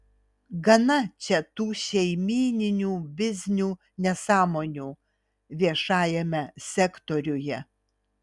gana čia tų šeimyninių biznių nesąmonių viešajame sektoriuje